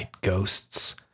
ghosts